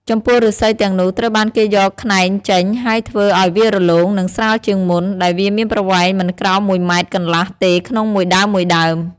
ចំពោះឫស្សីទាំងនោះ ត្រូវបានគេយកខ្នែងចេញ ហើយធ្វើឲ្យវារលោង និងស្រាលជាងមុន ដែលវាមានប្រវែងមិនក្រោមមួយម៉ែត្រកន្លះទេក្នុងមួយដើមៗ។